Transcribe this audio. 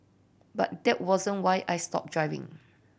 but that wasn't why I stopped driving